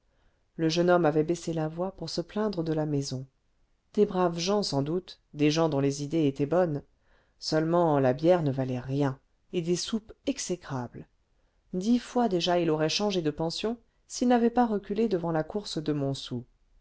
le jeune homme avait baissé la voix pour se plaindre de la maison des braves gens sans doute des gens dont les idées étaient bonnes seulement la bière ne valait rien et des soupes exécrables dix fois déjà il aurait changé de pension s'il n'avait pas reculé devant la course de montsou